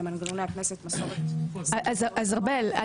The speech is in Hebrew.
ארבל,